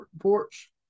porch